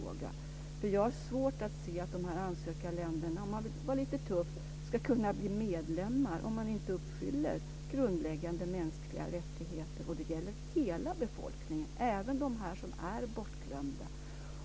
Mörkertalet är oerhört stort. I dag spekulerar vi.